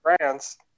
France